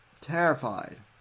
terrified